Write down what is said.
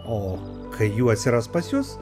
o kai jų atsiras pas jus